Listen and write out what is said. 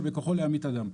שבכוחו להמית אדם.